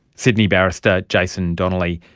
sydney barrister jason donnelly.